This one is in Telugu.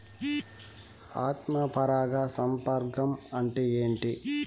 ఆత్మ పరాగ సంపర్కం అంటే ఏంటి?